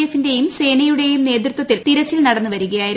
F ന്റെയും സേനയുടെയും നേതൃത്വത്തിൽ തിരച്ചിൽ നടന്നുവരികയായിരുന്നു